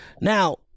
Now